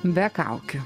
be kaukių